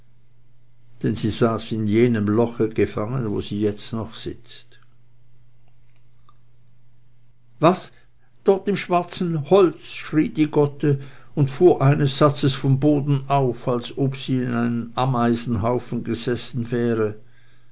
denn sie saß in jenem loche gefangen wo sie jetzt noch sitzt was dort im schwarzen holz schrie die gotte und fuhr eines satzes vom boden auf als ob sie in einem ameisenhaufen gesessen wäre